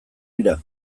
dira